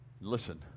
listen